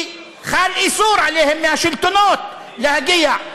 כי חל עליהם איסור מהשלטונות להגיע.